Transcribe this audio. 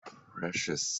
precious